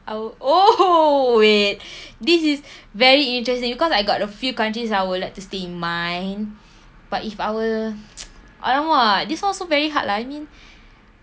I would oh wait this is very interesting because I got a few countries I would like to stay in mind but if our !alamak! this also very hard lah I mean